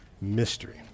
mystery